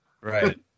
Right